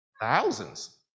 thousands